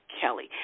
Kelly